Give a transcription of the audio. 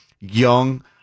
young